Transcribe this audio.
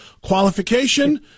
Qualification